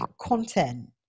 content